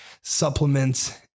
supplements